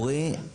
זה גוף ציבורי.